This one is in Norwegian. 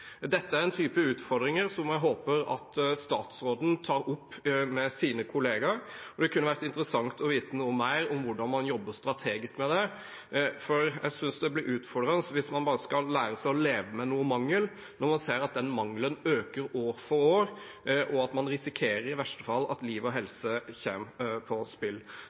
Dette er en type utfordring som jeg håper at statsråden tar opp med sine kollegaer, og det kunne vært interessant å vite noe mer om hvordan man jobber strategisk med dette. For jeg synes det blir utfordrende hvis man bare skal lære seg å leve med noe mangel, når man ser at den mangelen øker år for år, og at man i verste fall risikerer at liv og helse står på spill.